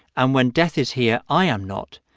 and when death is here, i am not.